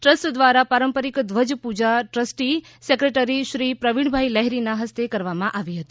trust દ્વારા પારંપરિક ધ્વજા પૂજા ટ્રસ્ટી સેક્રેટરી શ્રી પ્રવીણભાઈ લહેરીના હસ્તે કરવામાં આવેલ હતી